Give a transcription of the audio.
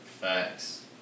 Facts